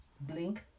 blink